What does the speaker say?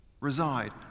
reside